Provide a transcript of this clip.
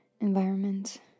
environment